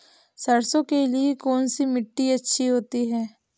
सरसो के लिए कौन सी मिट्टी अच्छी होती है?